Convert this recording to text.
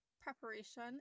preparation